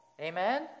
Amen